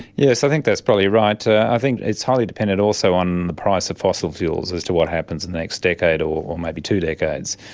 yes, i think that's probably right. i think it's highly dependent also on the price of fossil fuels as to what happens in the next decade or maybe two decades.